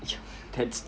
that's